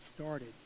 started